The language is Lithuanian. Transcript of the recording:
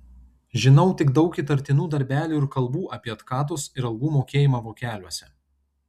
žinau tik daug įtartinų darbelių ir kalbų apie atkatus ir algų mokėjimą vokeliuose